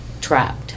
trapped